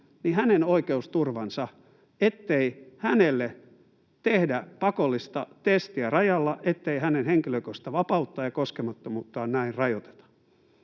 maahan, oikeusturva, ettei hänelle tehdä pakollista testiä rajalla, ettei hänen henkilökohtaista vapauttaan ja koskemattomuuttaan näin rajoiteta.